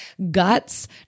guts